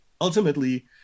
ultimately